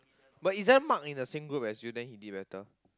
but isn't Mark in the same group as you then he did better